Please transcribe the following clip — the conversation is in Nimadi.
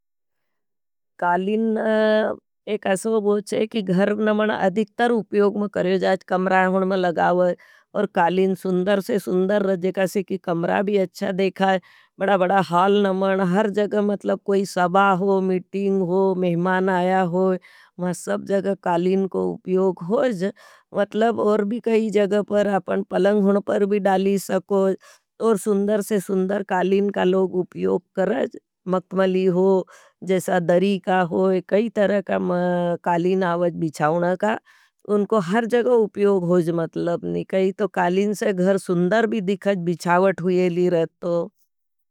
कालिन एक अस्वग हो चे कि घर नमण अधिकतर उप्योग में करेज। कम्रा होन में लगावेज और कालिन सुन्दर से सुन्दर रजेगासे कि कम्रा भी अच्छा देखाए। बड़ा-बड़ा हाल नमण हर जग मतलब कोई सभा हो, मीटिंग हो। मेहमान आया होई मह सब जग कालिन को उप्योग होज। मतलब और भी कई जग पर अपन पलंग हुण पर भी डाली सकोज। और सुन्दर से सुन्दर कालिन का लोग उप्योग करज, मक्तमली हो। जैसा दरी का होज, कई तरका कालिन आवज बिछाओन का उनको हर जग उप्योग होज। मतलब निकाई तो कालिन से घर सुन्दर भी दिखट, बिछावट हुये ली रहतो।